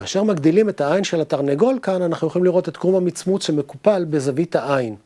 כאשר מגדילים את העין של התרנגול כאן, אנחנו יכולים לראות את קרום המצמוץ שמקופל בזווית העין.